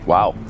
Wow